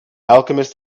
alchemist